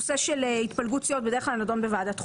נושא של התפלגות סיעות בדרך כלל נדון בוועדת החוקה,